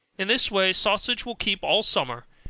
in this way sausage will keep all summer,